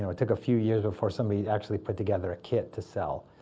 it took a few years before somebody actually put together a kit to sell.